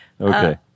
Okay